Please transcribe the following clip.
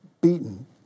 beaten